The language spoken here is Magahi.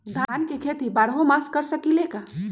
धान के खेती बारहों मास कर सकीले का?